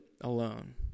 alone